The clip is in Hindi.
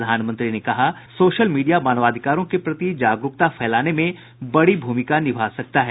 प्रधानमंत्री ने कहा कि सोशल मीडिया मानवाधिकारों के प्रति जागरूकता फैलाने में बड़ी भूमिका निभा सकता है